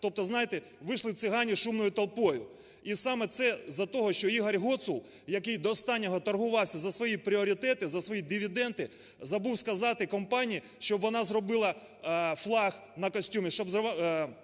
Тобто, знаєте, вийшли цигані шумною толпою. І саме це із-за того, що Ігор Гоцул, який до останнього торгувався за свої пріоритети, за свої дивіденди, забув сказати компанії, щоб вона зробила флаг на костюмі,